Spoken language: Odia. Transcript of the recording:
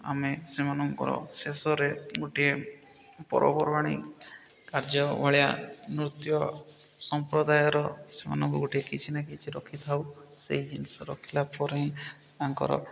ଆମେ ସେମାନଙ୍କର ଶେଷରେ ଗୋଟିଏ ପର୍ବପର୍ବାଣି କାର୍ଯ୍ୟ ଭଳିଆ ନୃତ୍ୟ ସମ୍ପ୍ରଦାୟର ସେମାନଙ୍କୁ ଗୋଟିଏ କିଛି ନା କିଛି ରଖିଥାଉ ସେଇ ଜିନିଷ ରଖିଲା ପରେ ହିଁ ତାଙ୍କର